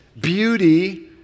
beauty